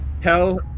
Tell